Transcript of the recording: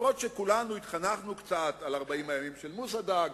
אף-על-פי שכולנו התחנכנו קצת על "40 הימים של מוסא דאג"